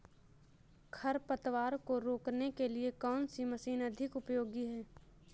खरपतवार को रोकने के लिए कौन सी मशीन अधिक उपयोगी है?